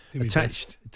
attached